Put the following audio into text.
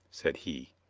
said he.